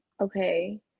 okay